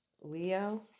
Leo